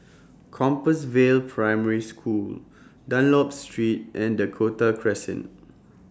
Compassvale Primary School Dunlop Street and Dakota Crescent